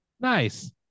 Nice